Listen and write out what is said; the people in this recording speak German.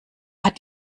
hat